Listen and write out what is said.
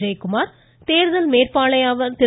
ஜெயக்குமார் கேர்தல் மேற்பார்வையாளர் திரு